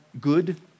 good